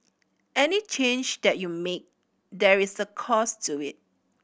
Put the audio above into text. any change that you make there is a cost to it